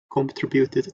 contributed